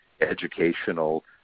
educational